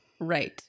Right